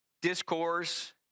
discourse